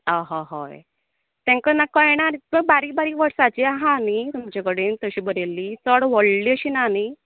आहा हय तेंकां ना कळना च बारीक बारीक वर्सांची आहा नी तुमचे कडेन तशे बरिल्ली चड वडली अशी ना नी